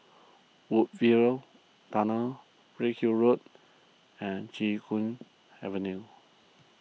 Woodsville Tunnel Redhill Road and Chee Hoon Avenue